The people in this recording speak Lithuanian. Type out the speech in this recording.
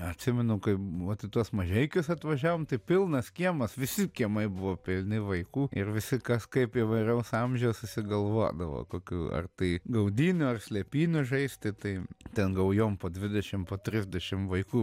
atsimenu kaip vat į tuos mažeikius atvažiavom tai pilnas kiemas visi kiemai buvo pilni vaikų ir visi kas kaip įvairaus amžiaus susigalvodavo kokių ar tai gaudynių ar slėpynių žaisti tai ten gaujom po dvidešim trisdešim vaikų